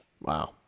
Wow